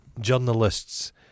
journalists